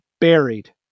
buried